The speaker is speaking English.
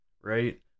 right